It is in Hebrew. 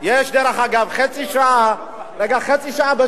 דרך אגב, חצי שעה בשבוע.